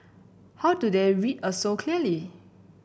how do they read us so clearly